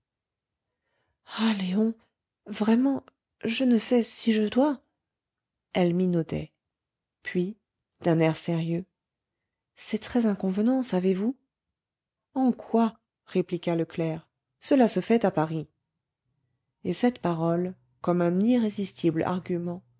vraiment je ne sais si je dois elle minaudait puis d'un air sérieux c'est très inconvenant savez-vous en quoi répliqua le clerc cela se fait à paris et cette parole comme un irrésistible argument